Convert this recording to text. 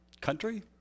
country